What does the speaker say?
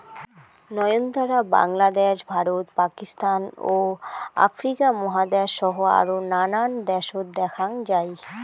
নয়নতারা বাংলাদ্যাশ, ভারত, পাকিস্তান ও আফ্রিকা মহাদ্যাশ সহ আরও নানান দ্যাশত দ্যাখ্যাং যাই